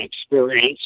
experience